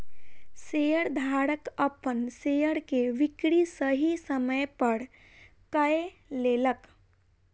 शेयरधारक अपन शेयर के बिक्री सही समय पर कय लेलक